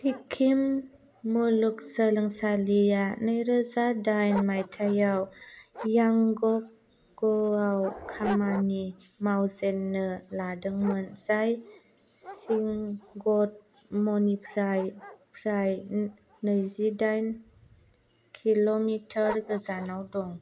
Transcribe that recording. सिक्किम मुलुगसोलोंसालिया नैरोजा दाइन मायथायाव यांगंआव खामानि मावजेननो लादोंमोन जाय सिंगटमनिफ्राय नैजि दाइन किल'मिटर गोजानाव दं